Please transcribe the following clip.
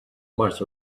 might